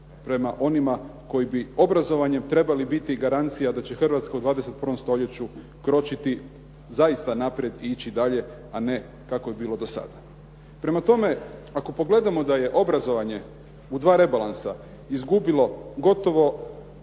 prema onima koji bi obrazovanjem trebali biti garancija da će Hrvatska u 21. stoljeću kročiti zaista naprijed i ići naprijed, a ne kako je bilo do sada. Prema tome ako pogledamo da je obrazovanje u dva rebalansa izgubilo gotovo